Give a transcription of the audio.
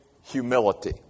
humility